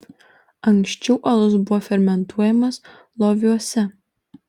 anksčiau alus buvo fermentuojamas loviuose